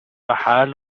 حال